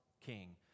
king